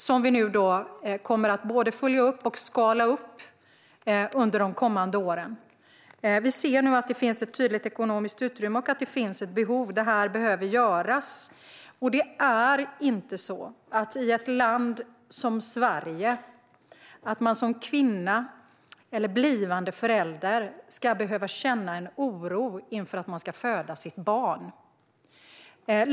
Den satsningen kommer vi nu både att följa upp och skala upp under de kommande åren. Vi ser nu att det finns ett tydligt ekonomiskt utrymme och att det finns ett behov. Detta behöver göras. I ett land som Sverige ska ingen kvinna eller blivande förälder behöva känna oro inför att föda barn.